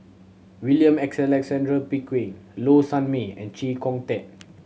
William Alexander Pickering Low Sanmay and Chee Kong Tet